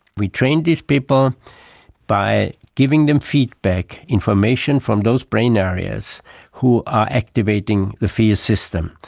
we trained these people by giving them feedback, information from those brain areas who are activating the fear system.